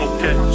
Okay